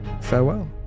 farewell